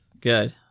Good